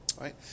right